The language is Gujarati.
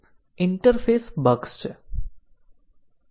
આને આપણે તેને DU સાંકળ તરીકે ઓળખીએ છીએ